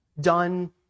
done